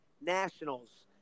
nationals